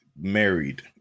married